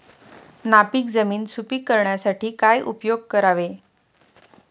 नापीक जमीन सुपीक करण्यासाठी काय उपयोग करावे?